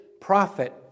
prophet